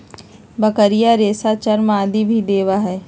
बकरियन रेशा, चर्म आदि भी देवा हई